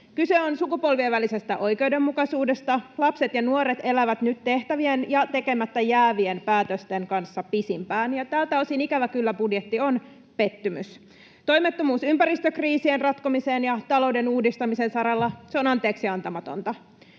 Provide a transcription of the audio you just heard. Kyse on sukupolvien välisestä oikeudenmukaisuudesta. Lapset ja nuoret elävät nyt tehtävien ja tekemättä jäävien päätösten kanssa pisimpään. Ja tältä osin ikävä kyllä budjetti on pettymys. Toimettomuus ympäristökriisien ratkomisen ja talouden uudistamisen saralla on anteeksiantamatonta.